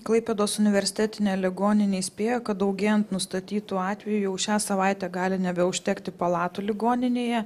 klaipėdos universitetinė ligoninė įspėja kad daugėjant nustatytų atvejų jau šią savaitę gali nebeužtekti palatų ligoninėje